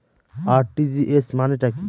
RTGS মানে টা কি?